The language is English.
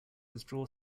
withdraw